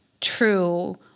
true